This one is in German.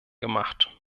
gemacht